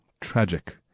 tragic